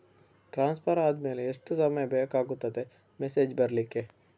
Transfer ಆದ್ಮೇಲೆ ಎಷ್ಟು ಸಮಯ ಬೇಕಾಗುತ್ತದೆ ಮೆಸೇಜ್ ಬರ್ಲಿಕ್ಕೆ?